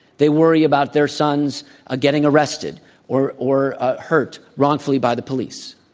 they worry about their sons ah getting arrested or or ah hurt wrongfully by the police.